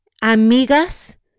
amigas